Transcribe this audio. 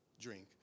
drink